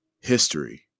history